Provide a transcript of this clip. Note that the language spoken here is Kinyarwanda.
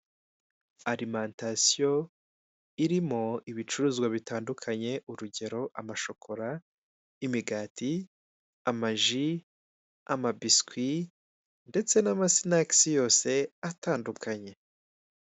Alimantasiyo irimo ibicuruzwa bitandukanye urugero, amashokora, imigati ,amaji, amabiswi ndetse n'amasinekisi yose atandukanye.